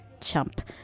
chump